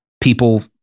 people